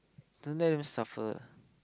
don't let them suffer